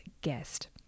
guest